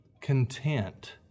content